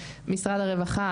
משרד הרווחה,